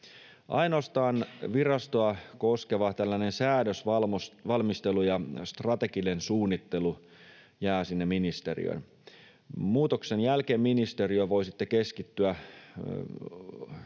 tällainen virastoa koskeva säädösvalmistelu ja strateginen suunnittelu jäävät sinne ministeriöön. Muutoksen jälkeen ministeriö voi sitten